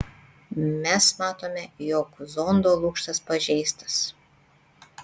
mes matome jog zondo lukštas pažeistas